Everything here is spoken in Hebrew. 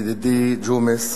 ידידי ג'ומס,